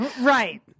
right